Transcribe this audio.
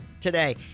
today